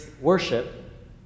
worship